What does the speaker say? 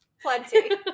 Plenty